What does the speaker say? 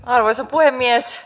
arvoisa puhemies